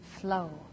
flow